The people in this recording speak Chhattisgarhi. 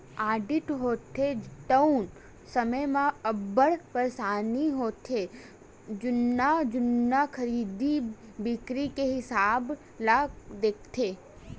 आडिट होथे तउन समे म अब्बड़ परसानी होथे जुन्ना जुन्ना खरीदी बिक्री के हिसाब ल देखथे